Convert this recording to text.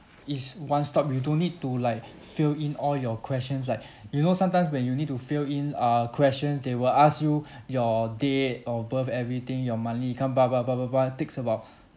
it's one stop you don't need to like fill in all your questions like you know sometimes when you need to fill in uh questions they will ask you your date of birth everything your monthly income blah blah blah blah blah it takes about